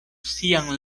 sian